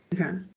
Okay